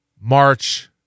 March